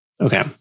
Okay